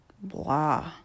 blah